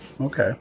Okay